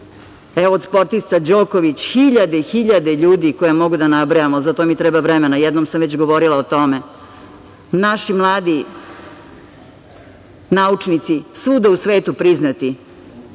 od sportista Đoković, hiljade i hiljade ljudi koje mogu da nabrajam, ali za to mi treba vremena, jednom sam već govorila o tome. Naši mladi naučnici su svuda u svetu priznati.